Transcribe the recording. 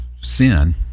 sin